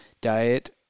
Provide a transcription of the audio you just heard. Diet